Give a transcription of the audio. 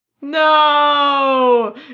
No